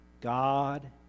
God